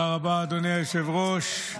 תודה רבה, אדוני היושב-ראש.